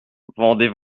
vendez